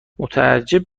متعجب